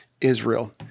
Israel